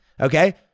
okay